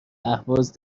اهواز